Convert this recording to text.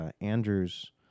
Andrew's